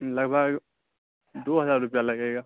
لگ بھگ دو ہزار روپیہ لگے گا